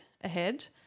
ahead